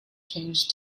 changed